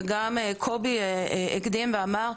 וגם קובי הקדים ואמר,